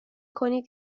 کنید